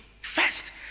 first